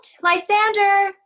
Lysander